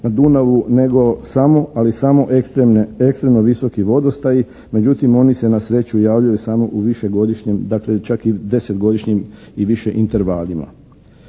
na Dunavu nego samo ali samo ekstremno visoki vodostaj. Međutim, oni se javljaju samo u višegodišnje, čak i desetgodišnjim i više intervalima.